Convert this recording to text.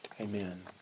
Amen